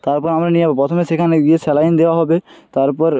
তারপর আমি নিয়ে যাব প্রথমে সেখানে গিয়ে স্যালাইন দেওয়া হবে তারপর